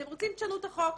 אתם רוצים, שנו את החוק.